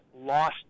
lost